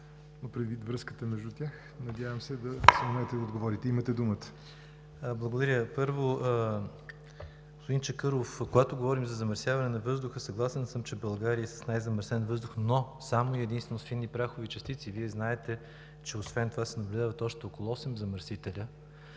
предвид връзката между тях, се надявам да съумеете да отговорите. Имате думата. МИНИСТЪР НЕНО ДИМОВ: Благодаря. Първо, господин Чакъров, когато говорим за замърсяване на въздуха, съгласен съм, че България е с най-замърсен въздух, но само и единствено с фини прахови частици. Вие знаете, че освен това се наблюдават още около осем замърсителя,